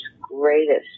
greatest